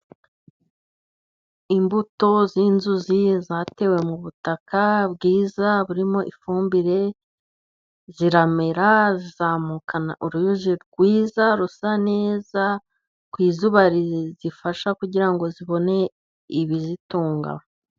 Imbuto z'inzuzi zatewe mu butaka bwiza burimo ifumbire, ziramera zizamukana uruyuzi rwiza rusa neza ku izuba zifasha kugira zibone ibizitunga.